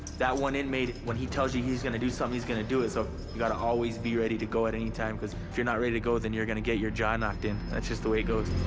that one inmate, when he tells you he's gonna do something he's gonna do it, so you gotta always be ready to go at any time, because if you're not ready to go then you're gonna get your jaw knocked in. that's just the way it goes.